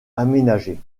aménagés